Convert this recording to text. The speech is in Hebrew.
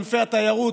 ענפי התיירות,